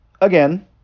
Again